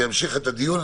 להמשיך את הדיון.